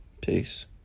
Peace